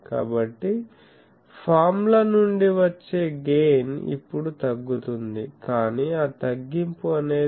కాబట్టి ఫార్ములా నుండి వచ్చే గెయిన్ ఇప్పుడు తగ్గుతుంది కాని ఆ తగ్గింపు అనేది 10